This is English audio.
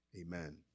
amen